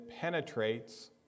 penetrates